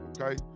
okay